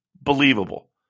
believable